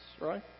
right